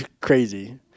crazy